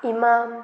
इमाम